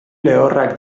lehorrak